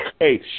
Hey